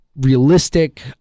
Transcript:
Realistic